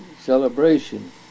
celebration